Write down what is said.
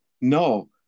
No